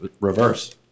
reverse